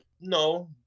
no